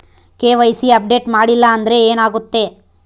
KYC update ಮಾಡಿಲ್ಲ ಅಂದ್ರೆ ಏನಾಗುತ್ತೆ?